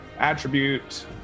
Attribute